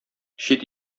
чит